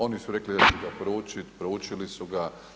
Oni su rekli da će ga proučiti, proučili su ga.